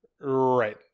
right